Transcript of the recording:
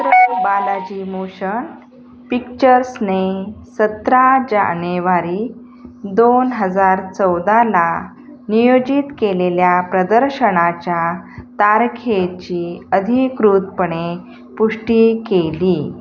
त्र बालाजी मोषण पिच्चर्सने सतरा जानेवारी दोन हजार चौदाला नियोजित केलेल्या प्रदर्शनाच्या तारखेची अधिकृतपणे पुष्टी केली